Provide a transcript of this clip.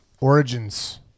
Origins